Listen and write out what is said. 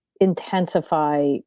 intensify